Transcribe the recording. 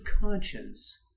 conscience